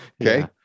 okay